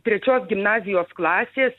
trečios gimnazijos klasės